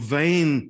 vain